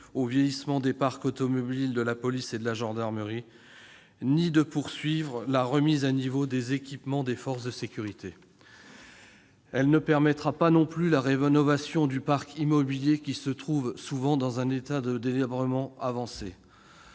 au vieillissement des parcs automobiles de la police et de la gendarmerie ni de poursuivre la remise à niveau des équipements des forces de sécurité. Il ne permettra pas non plus la rénovation du parc immobilier, souvent dans un état de délabrement avancé.